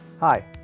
Hi